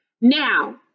now